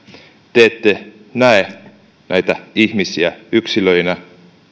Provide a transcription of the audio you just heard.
te ette näe näitä ihmisiä yksilöinä